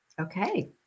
Okay